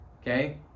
okay